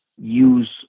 use